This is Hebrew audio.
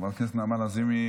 חברת הכנסת נעמה לזימי,